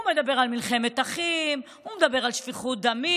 הוא מדבר על מלחמת אחים, הוא מדבר על שפיכות דמים.